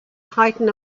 heighten